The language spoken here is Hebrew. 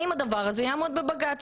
האם זה יעמוד בבג"ץ?